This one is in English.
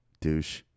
douche